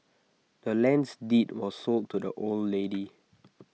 the land's deed was sold to the old lady